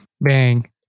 Bang